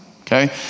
okay